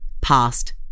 past